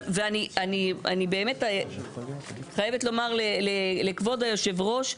אני באמת חייבת לומר לכבוד יושב הראש,